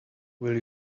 will